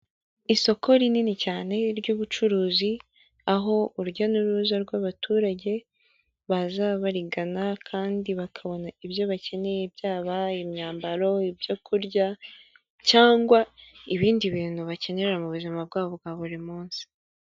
Isoko rinini cyane, ry'ubucuruzi, aho urujya n'uruza rw'abaturage baza barigana, kandi bakabona ibyo bakeneye, byaba imyambaro, ibyo kurya, cyangwa ibindi bintu bakenera mu buzima bwabo bwa buri munsi.